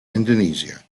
indonesia